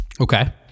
Okay